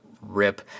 rip